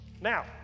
Now